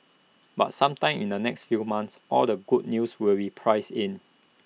but sometime in the next few months all the good news will be priced in